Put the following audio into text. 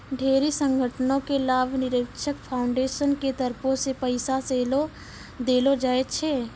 ढेरी संगठनो के लाभनिरपेक्ष फाउन्डेसन के तरफो से पैसा सेहो देलो जाय छै